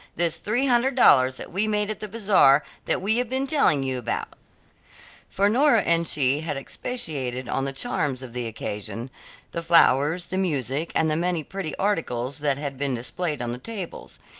this three hundred dollars that we made at the bazaar that we have been telling you about for nora and she had expatiated on the charms of the occasion the flowers, the music, and the many pretty articles that had been displayed on the tables.